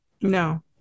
no